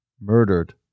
murdered